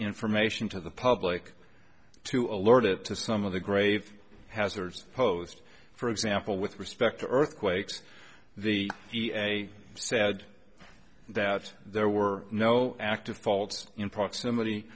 information to the public to alert it to some of the grave hazards posed for example with respect to earthquakes the i said that there were no active faults in proximity